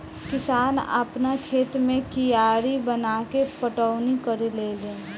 किसान आपना खेत मे कियारी बनाके पटौनी करेले लेन